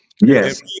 Yes